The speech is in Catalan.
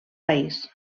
país